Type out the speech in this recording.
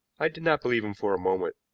i did not believe him for a moment,